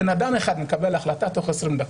בן אדם מקבל החלטה בתוך 20 דקות.